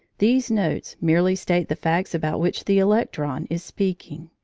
these notes merely state the facts about which the electron is speaking.